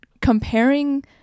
comparing